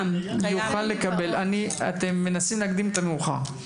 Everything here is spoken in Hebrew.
אתם מנסים להקדים את המאוחר.